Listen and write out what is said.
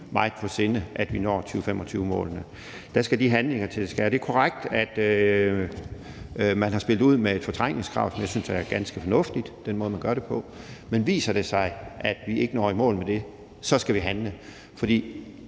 meget på sinde, at vi når 2025-målene. Der skal de handlinger til. Det er korrekt, at man har spillet ud med et fortrængningskrav, og jeg synes, det er ganske fornuftigt med den måde, man gør det på. Men viser det sig, at vi ikke når i mål med det, så skal vi handle, for i